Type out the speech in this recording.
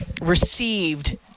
received